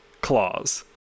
claws